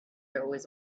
always